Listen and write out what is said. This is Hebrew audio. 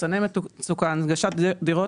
לחצני מצוקה, דירות.